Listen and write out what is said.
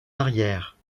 arrière